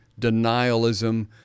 denialism